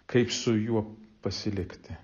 kaip su juo pasilikti